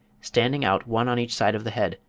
standing out one on each side of the head,